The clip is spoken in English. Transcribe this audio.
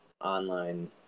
online